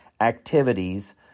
activities